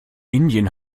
indien